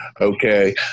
Okay